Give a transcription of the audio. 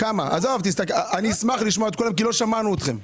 אני אשמח לשמוע את כולם כי לא שמענו אתכם.